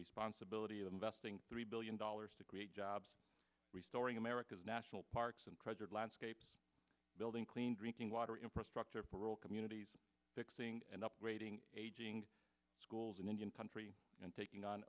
responsibility of investing three billion dollars to create jobs restoring america's national parks and treasured landscapes building clean drinking water infrastructure for rural communities fixing and upgrading aging schools in indian country and taking on